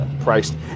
priced